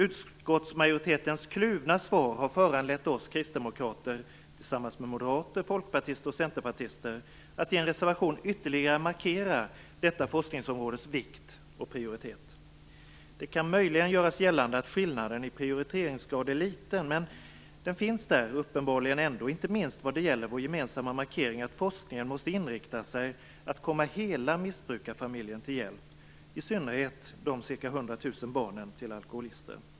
Utskottsmajoritetens kluvna svar har föranlett oss kristdemokrater att tillsammans med moderater, folkpartister och centerpartister i en reservation ytterligare markera detta forskningsområdes vikt och prioritet. Det kan möjligen göras gällande att skillnaden i prioriteringsgrad är liten. Men den finns där uppenbarligen, inte minst vad gäller vår gemensamma markering av att forskningen måste inrikta sig på att komma hela missbrukarfamiljen till hjälp. I synnerhet gäller de ca 100 000 barnen till alkoholister.